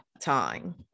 time